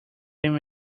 ten